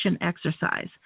exercise